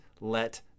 let